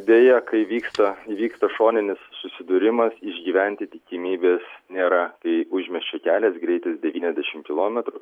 deja kai vyksta įvyksta šoninis susidūrimas išgyventi tikimybės nėra kai užmiesčio keliais greitis devyniasdešimt kilometrų